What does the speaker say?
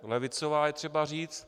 Levicová je třeba říct.